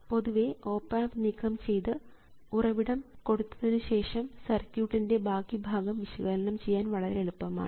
പൊതുവേ op amp നീക്കംചെയ്തു ഉറവിടം കൊടുത്തതിനു ശേഷം സർക്യൂട്ടിൻറെ ബാക്കി ഭാഗം വിശകലനം ചെയ്യാൻ വളരെ എളുപ്പമാണ്